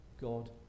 God